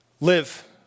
live